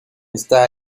está